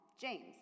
James